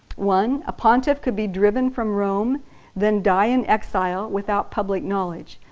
one a pontiff could be driven from rome then die in exile without public knowledge,